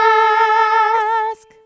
ask